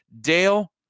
Dale